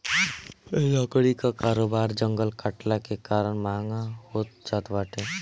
लकड़ी कअ कारोबार जंगल कटला के कारण महँग होत जात बाटे